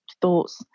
thoughts